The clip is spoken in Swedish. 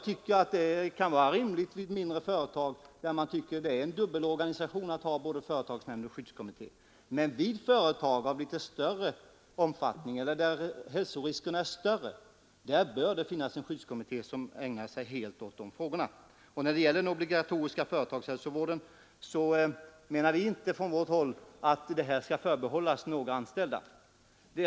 Detta kan vara rimligt vid mindre företag, där man anser det vara en dubbelorganisation att ha både företagsnämnd och skyddskommitté. Men vid företag av större omfattning eller där större hälsorisker föreligger bör det finnas en skyddskommitté som ägnar sig helt åt dessa frågor. Men när det gäller den obligatoriska företagshälsovården anser vi inte att denna skall förbehållas enbart några anställda.